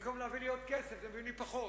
במקום להביא לי עוד כסף מביאים לי פחות.